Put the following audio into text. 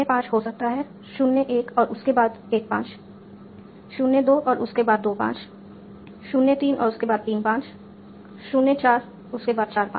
05 हो सकता है 01 और उसके बाद 15 02 और उसके बाद 25 03 और उसके बाद 35 04 और उसके बाद 45